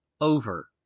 over